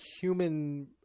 human